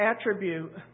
attribute